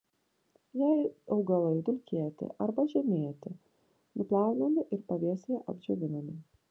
jei augalai dulkėti arba žemėti nuplaunami ir pavėsyje apdžiovinami